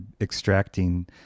extracting